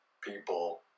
people